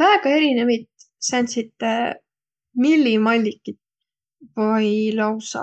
Väega erinevit sääntsit millimallikit vai lausa